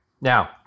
Now